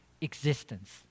existence